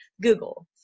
Google